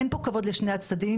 אין פה כבוד לשני הצדדים,